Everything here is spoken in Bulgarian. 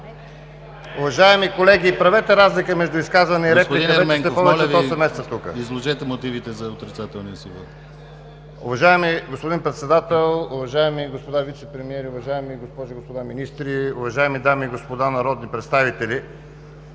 Уважаеми колеги, правете разлика между изказване и реплика… ПРЕДСЕДАТЕЛ ДИМИТЪР ГЛАВЧЕВ: Господин Ерменков, моля Ви, изложете мотивите за отрицателния си вот. ТАСКО ЕРМЕНКОВ: Уважаеми господин Председател, уважаеми господа вицепремиери, уважаеми госпожи и господа министри, уважаеми дами и господа народни представители!